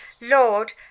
lord